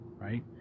right